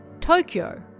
Tokyo